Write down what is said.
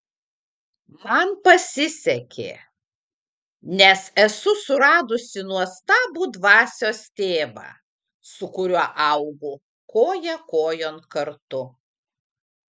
man pasisekė nes esu suradusi nuostabų dvasios tėvą su kuriuo augu koja kojon kartu